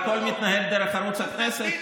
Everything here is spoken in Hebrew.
והכול מתנהל דרך ערוץ הכנסת.